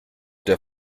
der